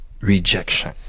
rejection